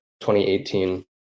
2018